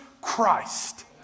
Christ